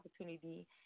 opportunity